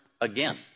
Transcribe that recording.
again